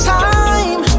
time